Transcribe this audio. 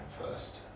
first